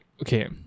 Okay